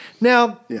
Now